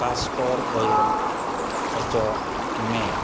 castor oil ᱚᱪᱚᱜ ᱢᱮ